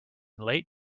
late